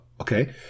Okay